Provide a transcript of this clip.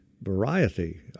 variety